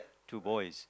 two boys